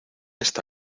está